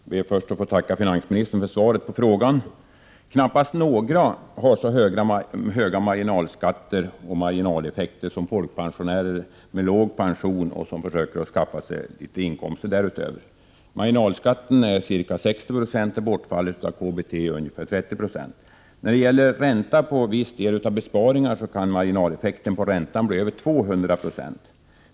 Herr talman! Jag ber att först få tacka finansministern för svaret på frågan. Knappast några andra kategorier i vårt samhälle har så höga marginalskatter och marginaleffekter som folkpensionärer med låg pension som försöker skaffa sig litet inkomster utöver pensionen. Marginalskatten är ca 60 90 och bortfallet av KBT är ungefär 30 70. På viss del av besparingarna kan marginaleffekten på ränteinkomsten bli över 200 90.